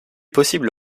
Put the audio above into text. possible